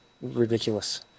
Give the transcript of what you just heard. Ridiculous